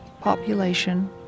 population